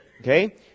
Okay